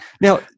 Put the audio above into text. Now